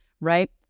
Right